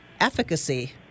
efficacy